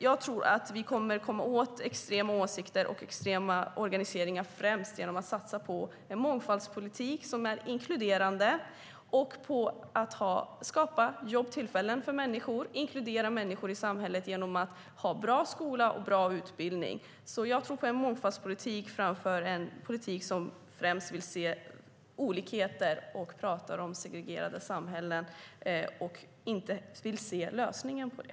Jag tror att vi kommer åt extrema åsikter och extrem organisering främst genom att satsa på en mångfaldspolitik som är inkluderande, skapa jobbtillfällen för människor och inkludera människor i samhället genom att ha bra skolor och bra utbildning. Jag tror på en mångfaldspolitik framför en politik som främst vill se olikheter och prata om segregerade samhällen och som inte vill se lösningen på det.